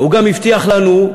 הוא גם הבטיח לנו,